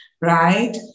right